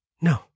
No